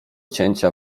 cięcia